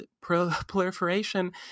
proliferation